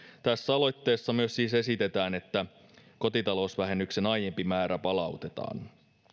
tässä aloitteessa myös siis esitetään että kotitalousvähennyksen aiempi määrä palautetaan